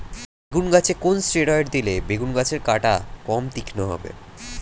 বেগুন গাছে কোন ষ্টেরয়েড দিলে বেগু গাছের কাঁটা কম তীক্ষ্ন হবে?